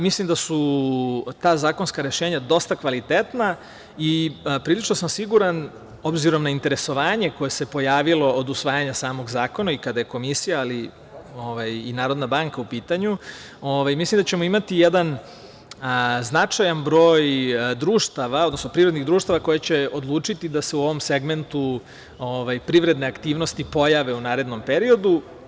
Mislim da su ta zakonska rešenja dosta kvalitetna i prilično sam siguran, obzirom na interesovanje koje se pojavilo od usvajanja samog zakona i kada je Komisija, ali i Narodna banka u pitanju, da ćemo imati jedan značajan broj privrednih društava koji će odlučiti da se u ovom segmentu privredne aktivnosti pojave u narednom periodu.